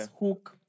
hook